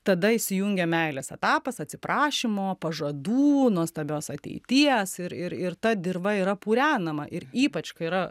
tada įsijungia meilės etapas atsiprašymų pažadų nuostabios ateities ir ir ir ta dirva yra purenama ir ypač kai yra